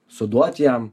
suduot jam